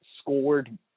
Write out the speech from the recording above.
scored